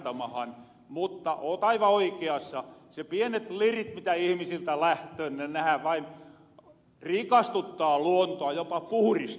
mutta ootte aivan oikeassa ne pienet lirit mitä ihmisiltä lähtöö nehän vain rikastuttaa luontoa jopa puhristaa sitä